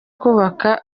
kubaka